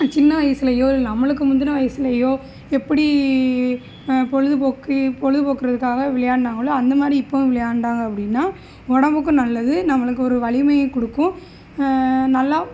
சின்ன வயசுலேயோ இல்லை நம்மளுக்கு முந்தின வயிசுலேயோ எப்படி பொழுதுபோக்கு பொழுது போக்குகிறதுக்காக விளையாடுனாங்களோ அந்தமாதிரி இப்பவும் விளையாண்டாங்க அப்படினா உடம்புக்கும் நல்லது நம்மளுக்கு ஒரு வலிமையை கொடுக்கும் நல்லா